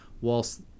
whilst